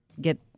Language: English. get